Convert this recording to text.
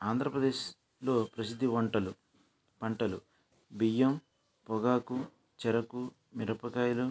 ఆంధ్రప్రదేశ్లో ప్రసిద్ధి వంటలు పంటలు బియ్యం పొగాకు చెరుకు మిరపకాయలు